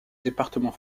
département